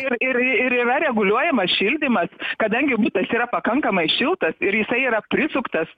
ir ir ir yra reguliuojamas šildymas kadangi butas yra pakankamai šiltas ir jisai yra prisuktas